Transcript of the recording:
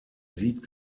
sieg